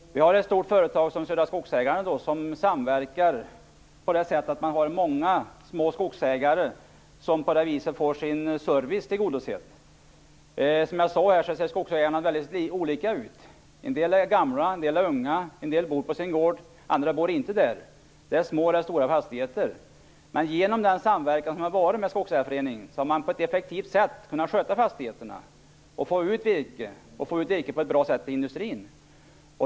Vi har ju ett stort företag som Södra Skogsägarna, som samverkar på så sätt att många små skogsägare därigenom får sin service tillgodosedd. Som jag sade är skogsägarna mycket olika. En del är gamla, en del är unga, en del bor på sin gård, andra bor inte där. Det rör sig om små eller stora fastigheter. Men genom den samverkan som har skett med skogsägarföreningen har man på ett effektivt sätt kunnat sköta fastigheterna och få ut virke på ett bra sätt till industrin.